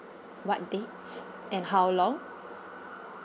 what dates and how long